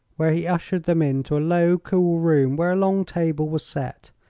where he ushered them into a low, cool room where a long table was set.